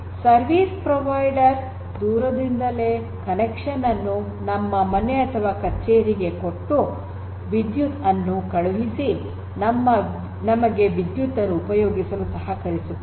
service provider ದೂರದಿಂದಲೇ ಸಂಪರ್ಕವನ್ನು ನಮ್ಮ ಮನೆ ಅಥವಾ ಕಚೇರಿಗೆ ಕೊಟ್ಟು ವಿದ್ಯುತ್ ಅನ್ನು ಕಳುಹಿಸಿ ನಮಗೆ ವಿದ್ಯುತ್ ಅನ್ನು ಉಪಯೋಗಿಸಲು ಸಹಕರಿಸುತ್ತವೆ